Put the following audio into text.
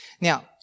Now